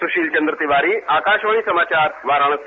सुशील चंद तिवारी आकाशवाणी समाचार वाराणसी